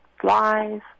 flies